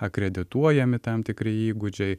akredituojami tam tikri įgūdžiai